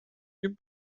you